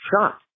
shot